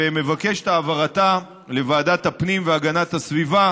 ומבקש את העברתה לוועדת הפנים והגנת הסביבה